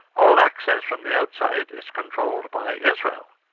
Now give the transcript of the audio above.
all access from the outside is controlled by israel.